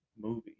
movie